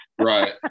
Right